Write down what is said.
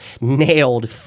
Nailed